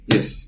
Yes